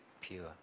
pure